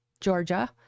Georgia